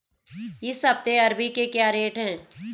इस हफ्ते अरबी के क्या रेट हैं?